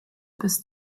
bis